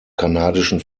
kanadischen